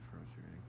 frustrating